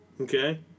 Okay